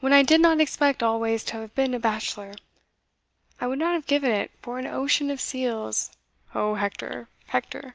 when i did not expect always to have been a bachelor i would not have given it for an ocean of seals o hector! hector